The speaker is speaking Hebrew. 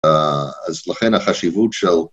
אז לכן החשיבות של